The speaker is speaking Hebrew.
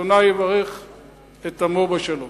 השם יברך את עמו בשלום.